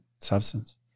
substance